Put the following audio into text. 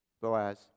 Boaz